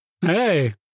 Hey